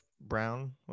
Brown